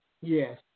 Yes